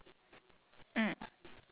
ya reduce oil